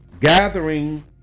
gathering